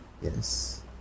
Yes